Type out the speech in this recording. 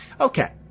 Okay